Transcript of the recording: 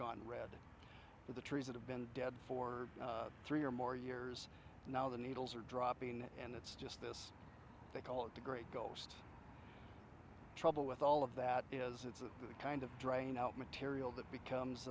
gone red with the trees that have been dead for three or more years now the needles are dropping and it's just this they call it the great ghost trouble with all of that is it's that kind of drain out material that becomes